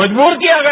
मजबूर किया गया